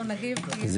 אנחנו נגיב.